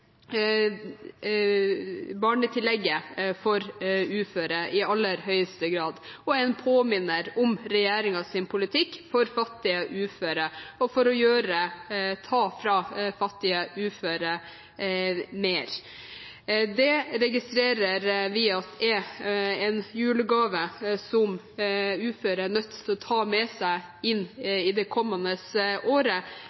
for uføre i aller høyeste grad og er en påminner om regjeringens politikk for fattige og uføre og for å ta mer fra fattige og uføre. Det registrerer vi at er en julegave som uføre er nødt til å ta med seg i inn det kommende året.